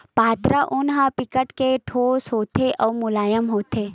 पातर ऊन ह बिकट के पोठ होथे अउ मुलायम होथे